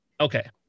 Okay